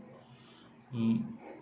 mm